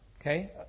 okay